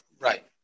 Right